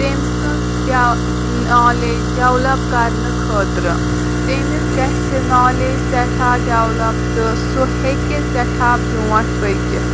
تٔمۍ سٕںٛز knowledge develop کَرنہٕ خٲطرٕ تٔمِس گَژھِ نالیج سٮ۪ٹھاہ ڈیٚولَپ تہٕ سُہ ہیٚکہِ سٮ۪ٹھاہ برونٛٹھ پٔکِتھ